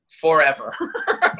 forever